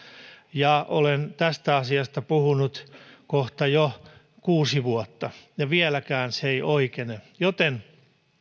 ja olen tästä asiasta puhunut kohta jo kuusi vuotta ja vieläkään se ei oikene joten